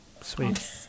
Sweet